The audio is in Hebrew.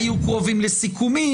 שהיו קרובים לסיכומים,